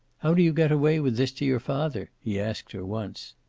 how do you get away with this to your father? he asked her once.